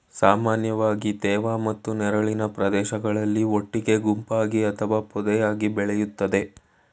ಸಾಮಾನ್ಯವಾಗಿ ತೇವ ಮತ್ತು ನೆರಳಿನ ಪ್ರದೇಶಗಳಲ್ಲಿ ಒಟ್ಟಿಗೆ ಗುಂಪಾಗಿ ಅಥವಾ ಪೊದೆಯಾಗ್ ಬೆಳಿತದೆ